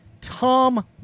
Tom